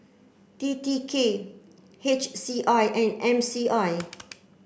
T T K H C I and M C I